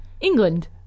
england